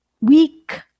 weak